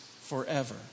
forever